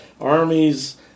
armies